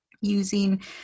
using